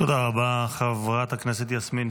--- חבר הכנסת שקלים,